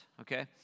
okay